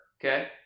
okay